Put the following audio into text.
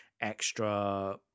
extra